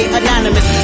anonymous